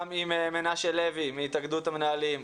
גם עם מנשה לוי מהתאגדות המנהלים,